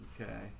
Okay